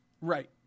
Right